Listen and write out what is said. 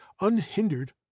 unhindered